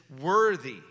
worthy